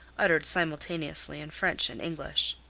uttered simultaneously in french and english.